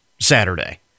Saturday